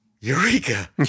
Eureka